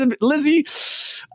Lizzie